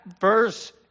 verse